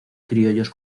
criollos